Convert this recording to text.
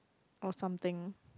or something